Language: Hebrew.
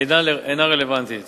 אינה רלוונטית